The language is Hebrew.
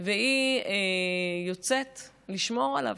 והיא יוצאת לשמור עליו.